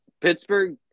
Pittsburgh